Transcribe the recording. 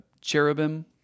cherubim